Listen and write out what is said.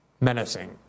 menacing